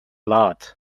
loud